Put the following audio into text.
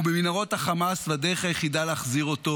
הוא במנהרות חמאס, והדרך היחידה להחזיר אותו